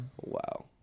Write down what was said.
Wow